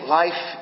life